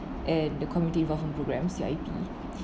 and the community involvement programmes C_I_P